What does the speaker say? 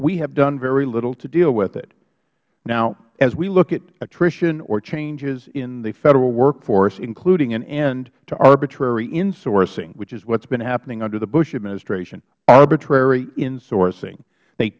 we have done very little to deal with it now as we look at attrition or changes in the federal workforce including an end to arbitrary insourcing which is what has been happening under the bush administration arbitrary insourcing they